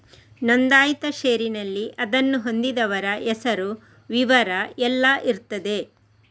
ನೋಂದಾಯಿತ ಷೇರಿನಲ್ಲಿ ಅದನ್ನು ಹೊಂದಿದವರ ಹೆಸರು, ವಿವರ ಎಲ್ಲ ಇರ್ತದೆ